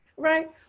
Right